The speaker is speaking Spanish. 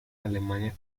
alemania